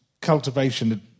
cultivation